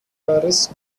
paris